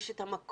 יש את המקור.